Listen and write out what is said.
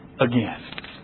again